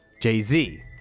Jay-Z